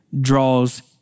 draws